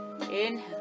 inhale